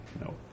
No